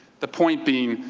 the point being,